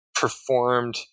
performed